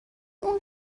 اون